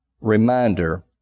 reminder